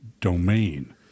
domain